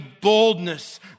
boldness